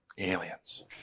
Aliens